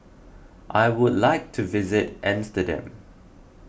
I would like to visit Amsterdam